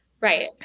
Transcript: right